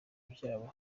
byabo